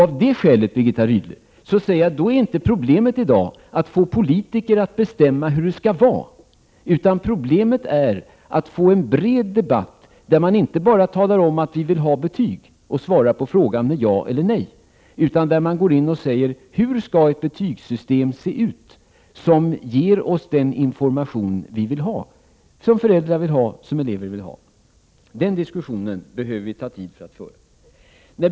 Av det skälet är inte problemet i dag, Birgitta Rydle, att få politiker att bestämma hur det skall vara. Problemet är att skapa en bred debatt, där man inte bara svarar ja eller nej på frågan om betyg utan talar om hur ett betygssystem skall se ut som ger den information som bl.a. föräldrar och elever vill ha. Den diskussionen behöver vi tid på oss att föra.